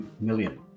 million